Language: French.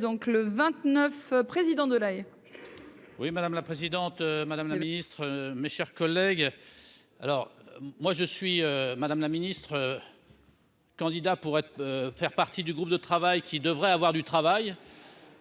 donc le vingt-neuf, président de l'Haye. Oui, madame la présidente, madame la ministre, mes chers collègues, alors moi je suis madame la ministre. Candidat pour être faire partie du groupe de travail qui devrait avoir du travail,